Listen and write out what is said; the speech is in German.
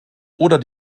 oder